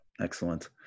Excellent